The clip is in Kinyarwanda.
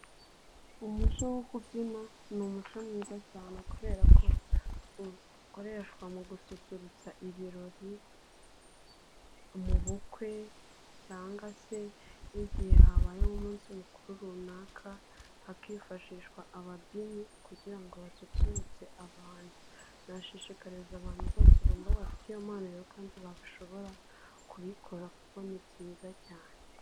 Umuco wo kubyina ni umuco mwiza cyane kubera ko ukoreshwa mu gususurutsa ibirori mu bukwe cyangwa se igihe habayeho umunsi mukuru runaka hakifashishwa ababyinnyi kugira ngo basusurutse abantu, nashishikariza abantu bose bumva bafite iyo mpano kandi babishobora kubikora kuko ni byiza cyane.